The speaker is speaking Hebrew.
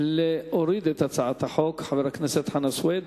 להוריד את הצעת החוק, חבר הכנסת חנא סוייד,